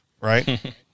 right